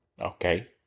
Okay